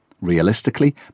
Realistically